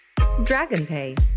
DragonPay